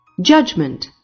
Judgment